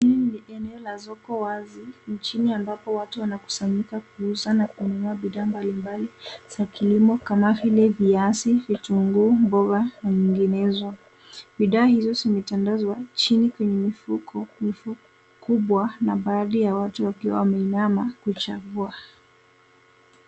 Hii ni eneo ya soko wazi nchini ambapo watu wanakusanyika kuuza na kununua bidhaa mbalimbali za kilimo kama vile viazi, vitunguu, mboga na nyinginezo. Bidhaa hizo zimetandazwa chini kwenye mifuko kubwa na baadhi ya watu wakiwa wameinama kuchagua.